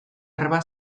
arreba